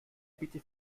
bietet